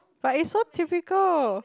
but it's so typical